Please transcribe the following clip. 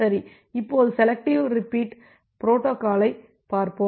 சரி இப்போது selective repeat பொரோட்டோகாலைப் பார்ப்போம்